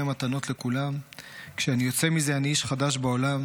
מתנות לכולם / כשאני יוצא מזה אני איש חדש בעולם.